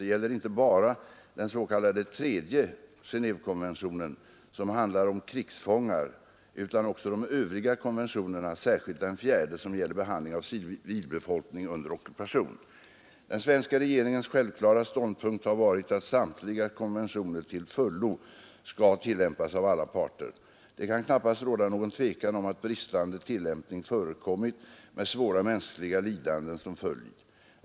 Det gäller inte bara den s.k. tredje Genévekonventionen, som handlar om krigsfångar, utan också de övriga konventionerna, särskilt den fjärde som gäller behandling av civilbefolkning under ockupation. Den svenska regeringens självklara ståndpunkt har varit att samtliga konventioner till fullo skall tillämpas av alla parter. Det kan knappast råda någon tvekan om att bristande tillämpning förekommit med svåra mänskliga lidanden som följd.